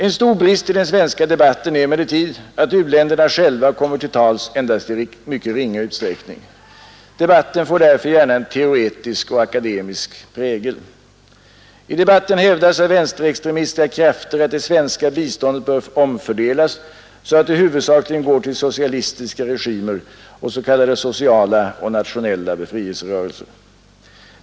En stor brist i den svenska debatten är emellertid att u-länderna själva kommer till tals endast i mycket ringa utsträckning. Debatten får därför gärna en teoretisk och akademisk prägel. I debatten hävdas av vänsterextremistiska krafter att det svenska biståndet bör omfördelas så att det huvudsakligen går till socialistiska regimer och s.k. sociala och nationella befrielserörelser.